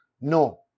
No